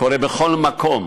קורה בכל מקום.